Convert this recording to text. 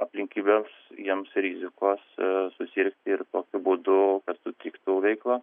aplinkybės jiems rizikos susirgti ir tokiu būdu sutriktų veikla